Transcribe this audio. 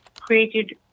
created